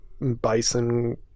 bison